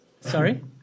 sorry